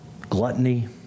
gluttony